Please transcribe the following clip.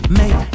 make